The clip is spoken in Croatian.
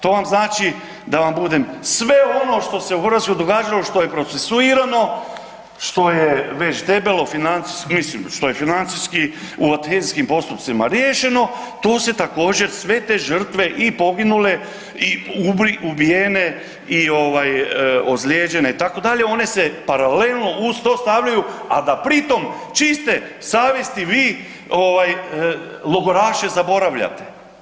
To vam znači da vam budem sve ono što se u Hrvatskoj događalo, što je procesuirano, što je već debelo financijski, mislim što je financijski u …/nerazumljivo/… postupcima riješeno to se također sve te žrtve i poginule i ubijene i ovaj ozlijeđene itd., one se paralelno uz to stavljaju, a da pritom čiste savjesti vi ovaj logoraše zaboravljate.